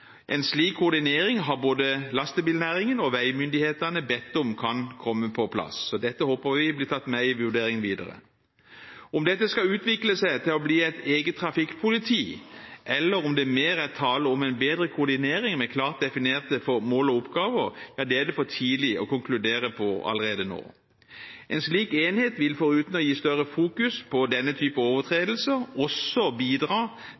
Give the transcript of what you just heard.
En slik koordinering har både lastebilnæringen og veimyndighetene bedt om å få på plass. Dette håper vi blir tatt med i vurderingen videre. Om dette skal utvikle seg til å bli et eget trafikkpoliti, eller om det mer er tale om en bedre koordinering med klart definerte mål og oppgaver, ja, det er det for tidlig å konkludere på allerede nå. En slik enhet vil, foruten å fokusere mer på denne typen overtredelser, også bidra